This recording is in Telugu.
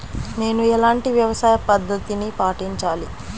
నేను ఎలాంటి వ్యవసాయ పద్ధతిని పాటించాలి?